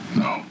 no